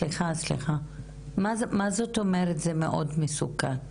רגע, מה זאת אומרת מסוכן?